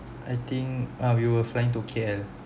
I think err we were flying to K_L